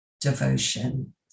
devotion